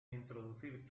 introducir